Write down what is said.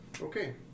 Okay